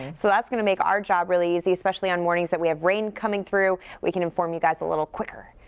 so that's going to make our job really easy, especially on mornings that we have rain coming through, we can inform you guys a little quicker.